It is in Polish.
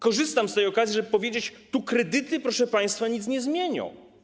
Korzystam z tej okazji, żeby powiedzieć: kredyty, proszę państwa, nic nie zmienią.